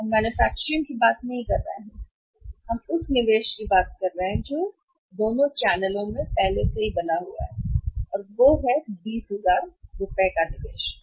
हम मैन्युफैक्चरिंग की बात नहीं कर रहे हैं निवेश जो पहले से ही बना हुआ है वह दोनों चैनलों में आम है 20000 रुपये जो हम नहीं हैंके बारे में बातें कर रहे हैं